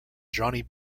johnny